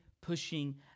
pushing